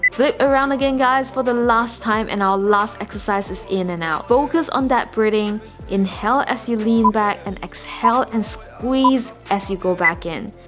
flip around again guys for the last time and our last exercises in and out, focus on that breathing inhale as you lean back and exhale and squeeze as you go back in